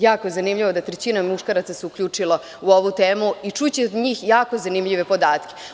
Jako je zanimljivo da se trećina muškaraca uključilo u ovu temu i čućete od njih jako zanimljive podatke.